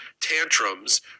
tantrums